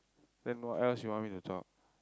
then what else you want me to talk